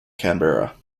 canberra